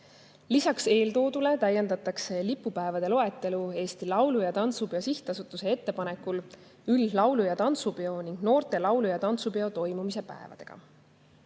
Lisaks eeltoodule täiendatakse lipupäevade loetelu Eesti Laulu- ja Tantsupeo Sihtasutuse ettepanekul üldlaulu- ja tantsupeo ning noorte laulu- ja tantsupeo toimumise päevadega.